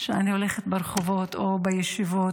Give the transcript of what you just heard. כשאני הולכת ברחובות או בישיבות,